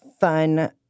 fun